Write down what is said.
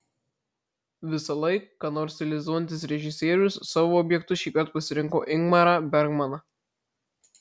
visąlaik ką nors stilizuojantis režisierius savo objektu šįkart pasirinko ingmarą bergmaną